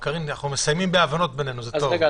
קארין, אנחנו מסיימים בהבנות בינינו, זה טוב.